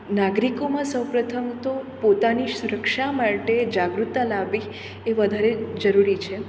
નાગરિકોમાં સૌપ્રથમ તો પોતાની સુરક્ષા માટે જાગૃતતા લાવવી એ વધારે જરૂરી છે